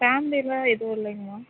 ஃபேம்லியில எதுவும் இல்லைங்க மேம்